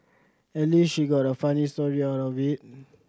at least she got a funny story out of it